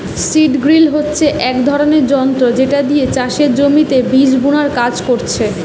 seed drill হচ্ছে এক ধরণের যন্ত্র যেটা দিয়ে চাষের জমিতে বীজ বুনার কাজ করছে